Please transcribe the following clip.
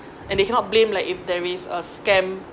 and they cannot blame like if there is a scam